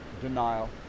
denial